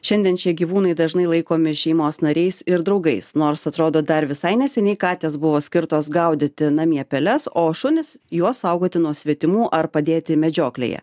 šiandien šie gyvūnai dažnai laikomi šeimos nariais ir draugais nors atrodo dar visai neseniai katės buvo skirtos gaudyti namie peles o šunys juos saugoti nuo svetimų ar padėti medžioklėje